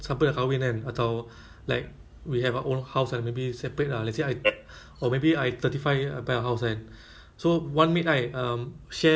no I mean like one maid ah because like the maid tak payah just stay at one house do all the work [what] because sometimes mak ada nenek ada kan so maybe can